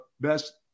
best